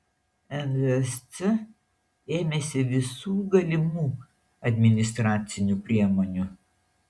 nvsc ėmėsi visų galimų administracinių priemonių